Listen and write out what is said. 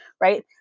right